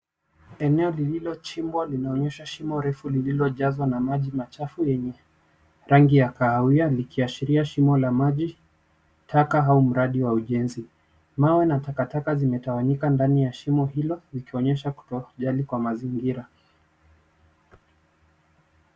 Eneo lililochimbwa linaonyesha shimo refu lililojazwa na maji machafu yenye rangi ya kahawia likiashiria shimo la maji taka au mradi wa ujenzi. Mawe na takataka zimetawanyika ndani ya shimo hilo zikionyesha kutojali kwa mazingira.